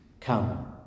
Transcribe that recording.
come